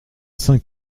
cinq